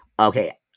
okay